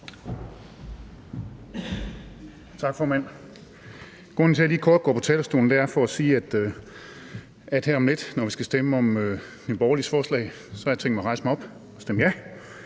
Tak, formand. Grunden til, at jeg lige kort går på talerstolen, er, at jeg vil sige, at her om lidt, når vi skal stemme om Nye Borgerliges forslag, så har jeg tænkt mig at rejse mig op og stemme ja.